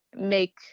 make